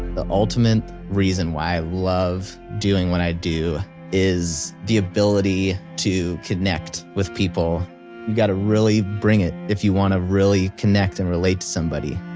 the ultimate reason why i love doing what i do is the ability to connect with people you got to really bring it if you want to really connect and relate to somebody.